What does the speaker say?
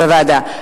בוועדה.